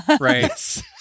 right